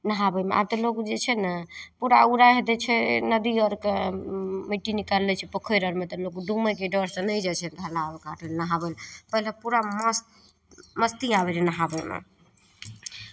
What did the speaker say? नहाबैमे आब तऽ लोक जे छै ने पूरा उड़ाहि दै छै नदी आओरके मिट्टी निकालि लै छै पोखरि आरमे तऽ लोक डुमै छै डरसँ नहि जाइ छै ढल्ला ओ घाट नहाबय पहिने पूरा मस्त मस्ती आबैत रहै नहाबैमे